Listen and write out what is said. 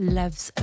loves